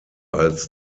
als